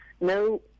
no